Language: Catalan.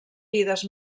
vides